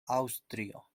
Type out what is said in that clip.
aŭstrio